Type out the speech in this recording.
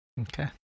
Okay